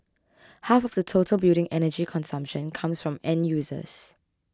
half of the total building energy consumption comes from end users